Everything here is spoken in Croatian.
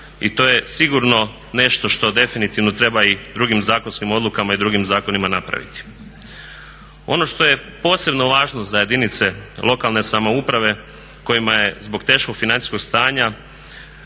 i to je sigurno nešto što definitivno treba i drugim zakonskim odlukama i drugim zakonima napraviti. Ono što je posebno važno za jedinice lokalne samouprave kojima je zbog teškog financijskog stanja